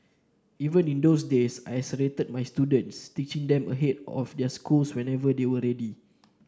even in those days I accelerated my students teaching them ahead of their schools whenever they were ready